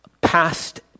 past